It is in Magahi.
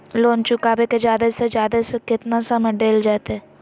लोन चुकाबे के जादे से जादे केतना समय डेल जयते?